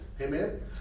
Amen